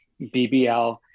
bbl